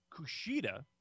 Kushida